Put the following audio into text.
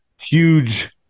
huge